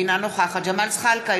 אינה נוכחת ג'מאל זחאלקה,